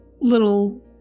little